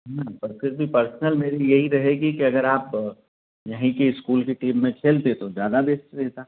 पर फिर भी पर्सनल मेरी यही रहेगी कि अगर आप यहीं के इस्कूल की टीम में खेलते तो ज्यादा बेस्ट रहता